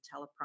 teleprompter